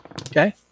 Okay